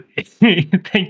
Thank